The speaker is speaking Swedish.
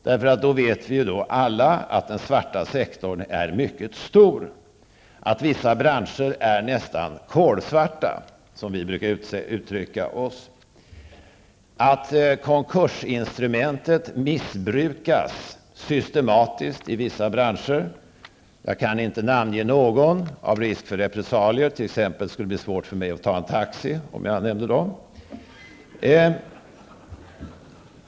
Vi vet då alla att den svarta sektorn är mycket stor, att vissa branscher nästan är kolsvarta, som vi brukar uttrycka oss. Konkursinstrumentet missbrukas systematiskt i vissa branscher -- jag kan inte namnge någon på grund av risk för repressalier, för det skulle i så fall kunna bli svårt för mig att ta en taxi.